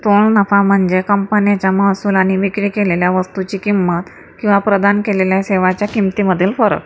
स्थूल नफा म्हणजे कंपनीच्या महसूल आणि विक्री केलेल्या वस्तूची किंमत किंवा प्रदान केलेल्या सेवाच्या किंमतीमधील फरक